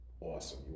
Awesome